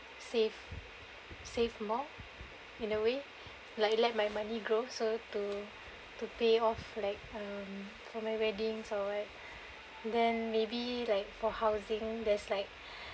save save more in a way like let my money grow so to to pay off like (um)for my wedding or what then maybe like for housing there's like